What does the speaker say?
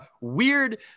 Weird